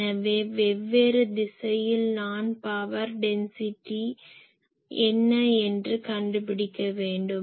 எனவே வெவ்வேறு திசையில் நான் பவர் டென்சிட்டி என்ன என்று கண்டுபிடிக்க வேண்டும்